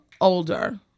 older